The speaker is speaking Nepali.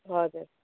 हजुर